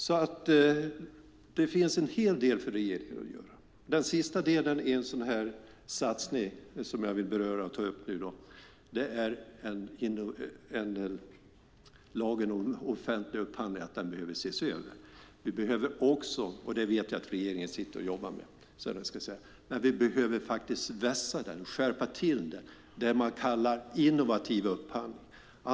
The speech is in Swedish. Det finns alltså en hel del för regeringen att göra. Det finns en satsning som jag nu vill beröra. Det gäller lagen om offentlig upphandling. Den behöver ses över. Vi behöver också - och det vet jag att regeringen sitter och jobbar med - vässa den och skärpa till den. Det gäller det som man kallar innovativ upphandling.